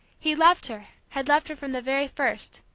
he loved her, had loved her from the very first.